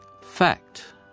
Fact